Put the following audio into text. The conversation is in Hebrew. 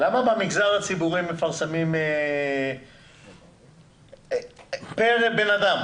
למה במגזר הציבורי מפרסמים פר בן אדם